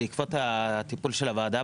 בעקבות הטיפול של הוועדה,